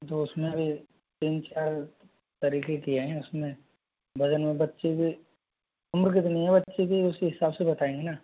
तो उसमें भी तीन चार तरीके की हैं उसमें वजन में बच्चे के उम्र कितनी है बच्चे की उसी हिसाब से बताएँगे न